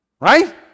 Right